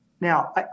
now